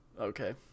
Okay